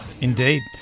Indeed